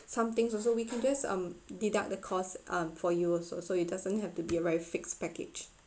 something also we can just um deduct the costs um for you also so it doesn't have to be a very fixed package